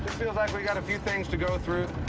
feels like we've got a few things to go through.